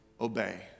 obey